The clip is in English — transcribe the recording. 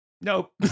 Nope